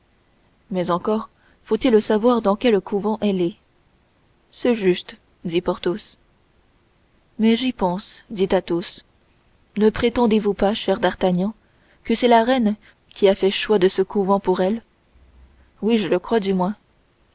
mais encore faut-il savoir dans quel couvent elle est c'est juste dit porthos mais j'y pense dit athos ne prétendez-vous pas cher d'artagnan que c'est la reine qui a fait choix de ce couvent pour elle oui je le crois du moins